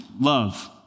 love